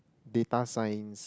data science